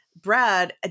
brad